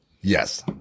Yes